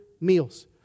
meals